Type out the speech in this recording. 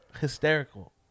hysterical